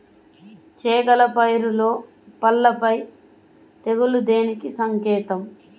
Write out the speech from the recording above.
చేగల పైరులో పల్లాపై తెగులు దేనికి సంకేతం?